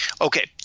Okay